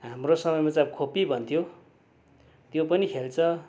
हाम्रो समयमा चाहिँ अब खोप्पी भन्थ्यो त्यो पनि खेल्छ